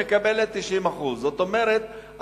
היא מקבלת 90%. זאת אומרת,